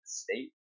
state